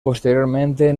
posteriormente